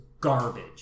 garbage